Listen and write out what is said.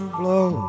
blow